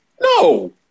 No